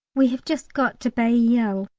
we have just got to bailleul,